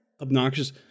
obnoxious